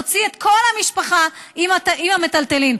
הוציא את כל המשפחה עם המיטלטלין.